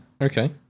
Okay